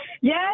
Yes